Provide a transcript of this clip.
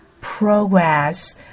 progress